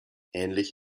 ähnlich